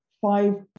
five